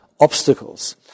obstacles